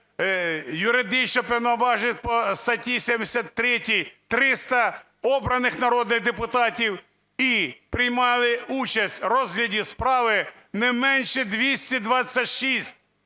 юридичне повноваження по статті 73 - 300 обраних народних депутатів, і приймали участь у розгляді справи не менше 226.